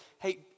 hey